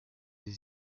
des